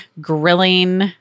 grilling